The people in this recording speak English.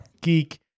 geek